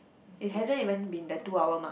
it hasn't even been the two hour mark